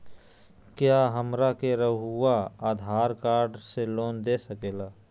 क्या हमरा के रहुआ आधार कार्ड से लोन दे सकेला?